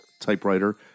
typewriter